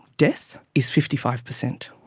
death, is fifty five percent.